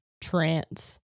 trance